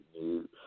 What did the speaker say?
new